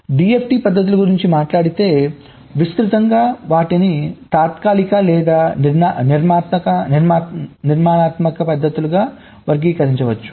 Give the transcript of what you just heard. DFT పద్ధతుల గురించి మాట్లాడితే విస్తృతంగా వాటిని తాత్కాలిక లేదా నిర్మాణాత్మక పద్ధతులుగా వర్గీకరించవచ్చు